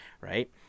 right